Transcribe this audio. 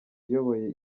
iyoboye